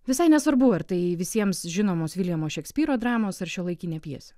visai nesvarbu ar tai visiems žinomos viljamo šekspyro dramos ar šiuolaikinė pjesė